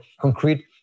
concrete